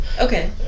Okay